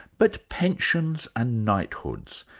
but pensions and knighthoods,